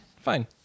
Fine